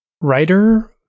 writer